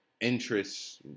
Interests